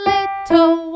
Little